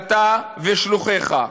שלך ושל שלוחיך.